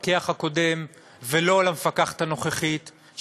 לא המפקח הקודם ולא המפקחת הנוכחית,